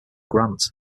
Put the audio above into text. grant